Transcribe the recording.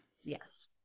yes